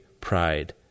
Pride